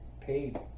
paid